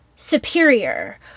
superior